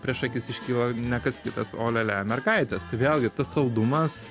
prieš akis iškilo ne kas kitas o olialia mergaitės tai vėlgi tas saldumas